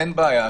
אין בעיה,